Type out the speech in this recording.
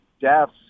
deaths